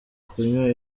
kunywa